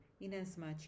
inasmuch